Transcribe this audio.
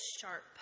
sharp